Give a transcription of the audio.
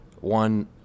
one